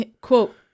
Quote